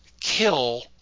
kill